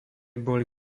boli